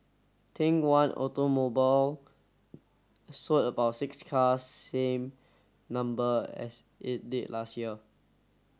think One Automobile sold about six cars same number as it did last year